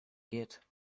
geht